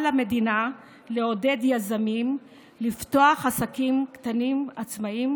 על המדינה לעודד יזמים לפתוח עסקים קטנים עצמאיים